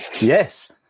Yes